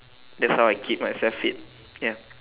that's how I keep myself fit ya